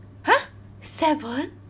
!huh! seven